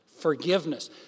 forgiveness